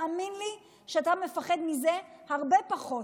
תאמין לי שאתה מפחד מזה הרבה פחות,